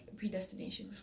predestination